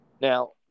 Now